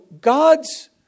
God's